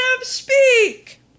speak